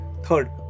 Third